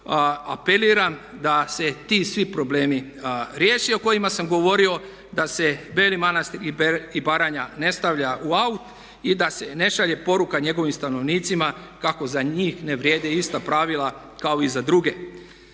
apeliram da se svi ti problemi riješe, o kojima sam govorio, da se Beli Manastir i Baranja ne stavlja u out i da se ne šalje poruka njegovim stanovnicima kako za njih ne vrijede ista pravila kao i za druge.